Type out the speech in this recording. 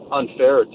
unfair